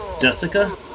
Jessica